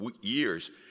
years